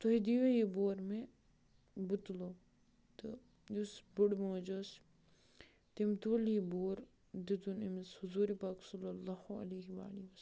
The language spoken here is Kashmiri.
تُہۍ دِیوا یہِ بور مےٚ بہٕ تُلو تہٕ یُس بٕڑٕ موج ٲس تٔمۍ تُل یہِ بور دِتُن أمِس حضوٗرِ پاک صَلی اللہُ عِلَیہ وعلیہ وَسَلَم